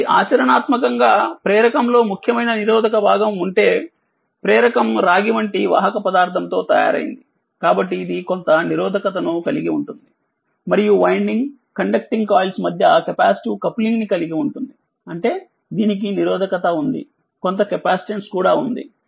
కాబట్టి ఆచరణాత్మకంగా ప్రేరకంలో ముఖ్యమైన నిరోధక భాగం ఉంటే ప్రేరక రాగి వంటి వాహక పదార్థంతో తయారైంది కాబట్టి ఇది కొంత నిరోధకతను కలిగి ఉంటుంది మరియు వైండింగ్ కండక్టింగ్ కాయిల్స్ మధ్య కెపాసిటివ్ కపులింగ్ ని కలిగి ఉంటుంది అంటే దీనికి నిరోధకత ఉంది కొంత కెపాసిటన్స్ కూడా ఉంది